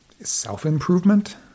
self-improvement